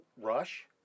Rush